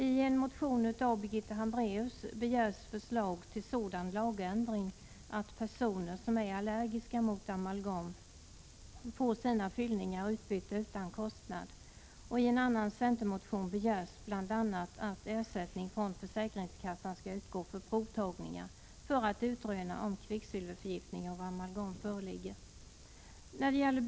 I en motion av Birgitta Hambraeus begärs förslag till en lagändring som innebär att personer som är allergiska mot amalgam får sina fyllningar utbytta utan kostnad. I en annan centermotion begärs bl.a. att ersättning från försäkringskassan skall utgå för provtagningar för att utröna om kvicksilverförgiftning genom amalgam föreligger.